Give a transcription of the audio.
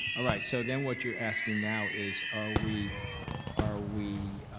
alright, so then what you're asking now is are we are we